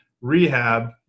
rehab